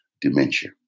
dementia